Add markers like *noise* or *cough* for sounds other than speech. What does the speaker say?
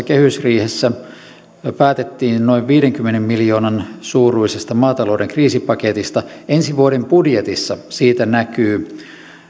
*unintelligible* kehysriihessä päätettiin noin viidenkymmenen miljoonan suuruisesta maatalouden kriisipaketista ensi vuoden budjetissa siitä näkyy